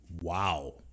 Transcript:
Wow